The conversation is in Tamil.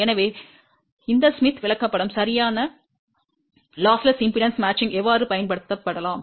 எனவே பார்ப்போம் இந்த ஸ்மித் விளக்கப்படம் சரியான இழப்பற்ற மின்மறுப்பு பொருத்தத்திற்கு எவ்வாறு பயன்படுத்தப்படலாம்